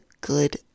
good